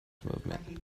movement